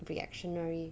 reactionary